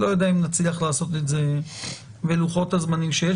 לא יודע אם נצליח לעשות את זה בלוחות הזמנים שיש.